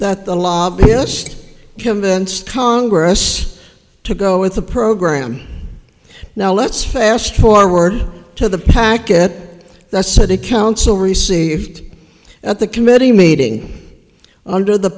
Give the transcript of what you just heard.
that the lobbyist convinced congress to go with the program now let's fast forward to the packet that city council received at the committee meeting under the